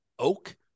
oak